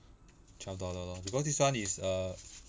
twelve dollar lor because this one is err